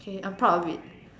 okay I'm proud of it